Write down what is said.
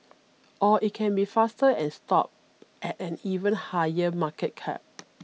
or it can be faster and stop at an even higher market cap